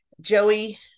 Joey